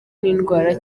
n’indwara